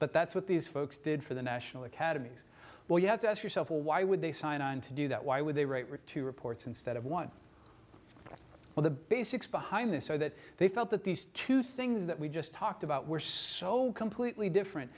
but that's what these folks did for the national academies well you have to ask yourself well why would they sign on to do that why would they write were two reports instead of one of the basics behind this so that they felt that these two things that we just talked about were so completely different